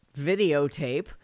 videotape